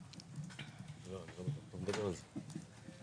בטח לא בעיתוי הנוכחי.